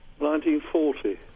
1940